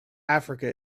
africa